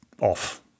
off